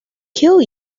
kill